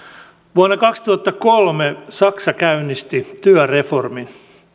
vuonna kaksituhattakolme saksa käynnisti työreformin